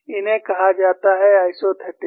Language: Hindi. इन्हें कहा जाता है आइसोथेटिकस